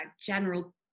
general